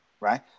right